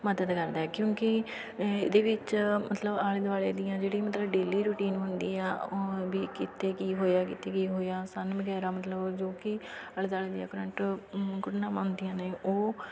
ਮਦਦ ਕਰਦਾ ਹੈ ਕਿਉਂਕਿ ਇਹਦੇ ਵਿੱਚ ਮਤਲਬ ਆਲੇ ਦੁਆਲੇ ਦੀਆਂ ਜਿਹੜੀ ਮਤਲਬ ਡੇਲੀ ਰੂਟੀਨ ਹੁੰਦੀ ਆ ਉਹ ਵੀ ਕਿੱਥੇ ਕੀ ਹੋਇਆ ਕਿੱਥੇ ਕੀ ਹੋਇਆ ਸੰਨ ਵਗੈਰਾ ਮਤਲਬ ਜੋ ਕਿ ਆਲੇ ਦੁਆਲੇ ਦੀਆਂ ਕਰੰਟ ਘਟਨਾਵਾਂ ਹੁੰਦੀਆਂ ਨੇ ਉਹ